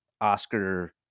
Oscar